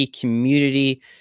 community